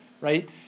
Right